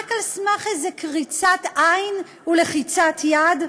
רק על סמך איזו קריצת עין ולחיצת יד?